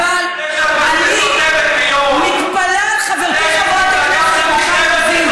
אבל אני מתפלאה על חברתי חברת הכנסת מיכל רוזין,